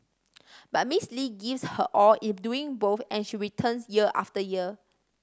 but Miss Lee gives her all in doing both and she returns year after year